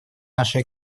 нашей